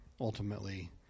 Ultimately